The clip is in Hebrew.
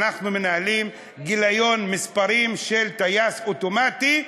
אנחנו מנהלים גיליון מספרים של טייס אוטומטי,